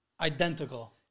Identical